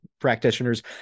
practitioners